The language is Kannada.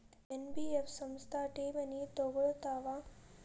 ಎನ್.ಬಿ.ಎಫ್ ಸಂಸ್ಥಾ ಠೇವಣಿ ತಗೋಳ್ತಾವಾ?